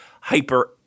hyper